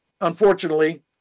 unfortunately